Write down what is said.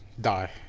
Die